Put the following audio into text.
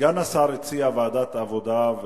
סגן השר הציע שוועדת העבודה,